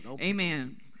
Amen